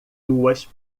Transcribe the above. duas